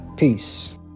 Peace